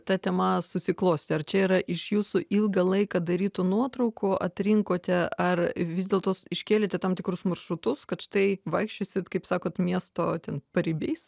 ta tema susiklostė ar čia yra iš jūsų ilgą laiką darytų nuotraukų atrinkote ar vis dėltos iškėlėte tam tikrus maršrutus kad štai vaikščiosit kaip sakot miesto ten paribiais